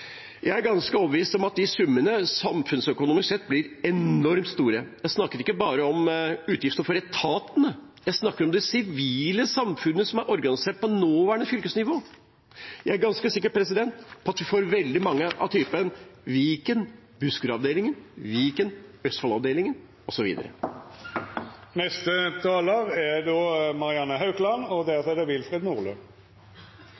Jeg er ganske overbevist om at de summene samfunnsøkonomisk sett blir enormt store. Jeg snakker ikke bare om utgifter for etatene, jeg snakker om det sivile samfunnet som er organisert på nåværende fylkesnivå. Jeg er ganske sikker på at vi får veldig mange av typen Viken, Buskerud-avdelingen, Viken, Østfold-avdelingen, osv. Det er